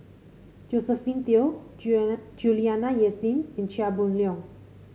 Josephine Teo Juliana Yasin and Chia Boon Leong